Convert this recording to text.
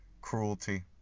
cruelty